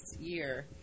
year